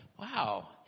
wow